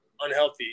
unhealthy